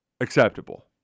acceptable